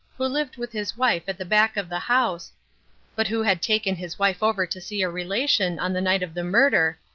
who lived with his wife at the back of the house but who had taken his wife over to see a relation on the night of the murder,